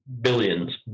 Billions